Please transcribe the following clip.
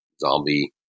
zombie